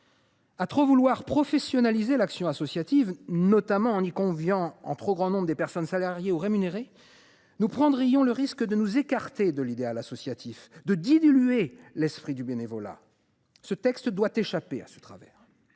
À trop vouloir professionnaliser l’action associative, notamment en y conviant en trop grand nombre des personnes salariées ou rémunérées, nous prendrions le risque de nous écarter de l’idéal associatif, de diluer l’esprit du bénévolat. Ce texte doit échapper à un tel travers.